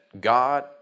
God